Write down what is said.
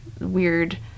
weird